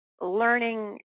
learning